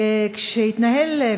כשהתנהל,